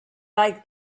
like